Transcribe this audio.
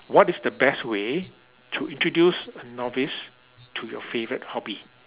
what is the best way to introduce a novice to your favorite hobby